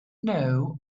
know